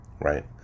right